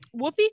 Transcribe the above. Whoopi